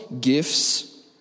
gifts